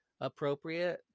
appropriate